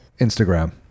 Instagram